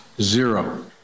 zero